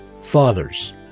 Fathers